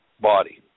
body